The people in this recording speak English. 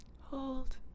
hold